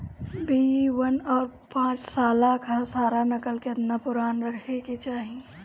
B one और पांचसाला खसरा नकल केतना पुरान रहे के चाहीं?